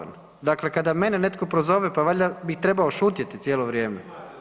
Dakle, kada mene netko prozove, pa valjda bih trebao šutjeti cijelo vrijeme?